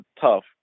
tough